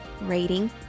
rating